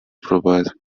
provide